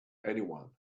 anyone